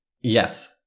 Yes